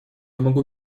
могу